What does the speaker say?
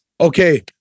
Okay